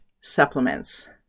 supplements